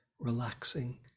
relaxing